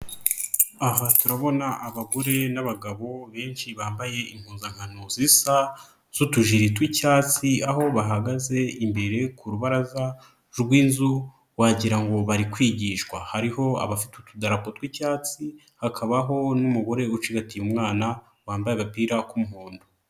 Aha turabona abagore n'abagabo benshi bambaye impuzankano zisa z'utujiri tw'icyatsi, aho bahagaze imbere ku rubaraza rw'inzu wagira ngo bari kwigishwa, hariho abafite utudarapo tw'icyatsi, hakabaho n'umugore ucigatiye umwana wambaye agapira k'umuhondo.